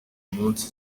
minsi